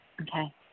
Okay